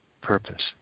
purpose